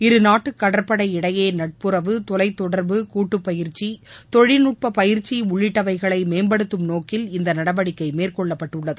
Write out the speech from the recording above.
இருநாட்டு கடற்படை இடையே நட்புறவு தொலைத்தொடர்பு கூட்டுப்பயிற்சி தொழில்நுட்ப பயிற்சி உள்ளிட்டவைகளை மேம்படுத்தும் நோக்கில் இந்த நடவடிக்கை மேற்கொள்ளப்பட்டுள்ளது